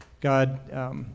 God